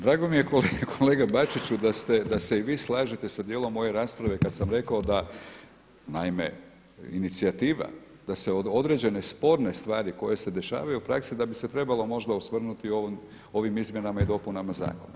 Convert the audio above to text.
Drago mi je kolega Bačiću da se i vi slažete sa dijelom moje rasprave kad sam rekao da, naime inicijativa da se određene sporne stvari koje se dešavaju u praksi, da bi se trebalo možda osvrnuti u ovim izmjenama i dopunama zakona.